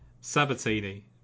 Sabatini